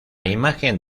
imagen